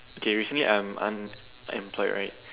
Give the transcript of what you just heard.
okay recently I'm unemployed right